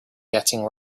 getting